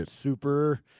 super –